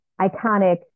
iconic